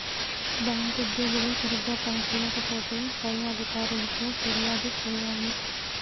bank ఉద్యోగులు సరిగా పని చేయకపోతే పై అధికారులకు ఫిర్యాదు చేయాలి